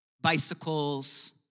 Bicycles